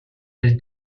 his